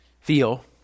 feel